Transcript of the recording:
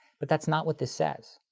but that's not what this says.